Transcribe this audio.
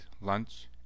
Lunch